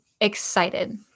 excited